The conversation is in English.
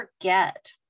forget